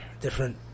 different